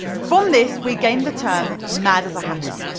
from this we gained the term mad as a hatter.